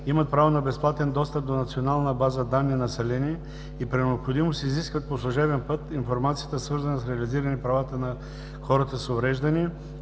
имат право на безплатен достъп до Национална база данни „Население“ и при необходимост изискват по служебен път информацията, свързана с реализиране правата на хората с увреждания,